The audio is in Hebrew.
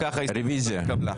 אם כך ההסתייגות לא התקבלה.